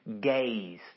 gaze